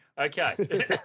Okay